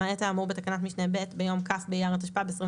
למעט האמור בתקנת משנה ב' ביום כ' באייר התשפ"ב (21